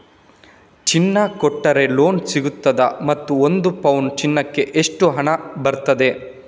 ಚಿನ್ನ ಕೊಟ್ರೆ ಲೋನ್ ಸಿಗ್ತದಾ ಮತ್ತು ಒಂದು ಪೌನು ಚಿನ್ನಕ್ಕೆ ಒಟ್ಟು ಎಷ್ಟು ಹಣ ಬರ್ತದೆ?